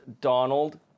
Donald